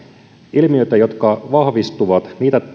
ilmiöitä jotka vahvistuvat